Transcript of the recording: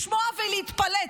לשמוע ולהתפלץ.